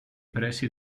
pressi